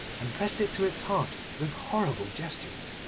and pressed it to its heart with horrible gestures.